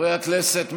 חברי הכנסת,